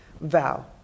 vow